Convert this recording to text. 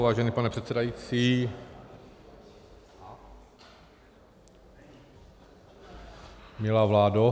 Vážený pane předsedající a... ... milá vládo...